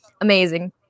amazing